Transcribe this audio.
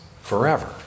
forever